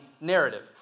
narrative